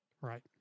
Right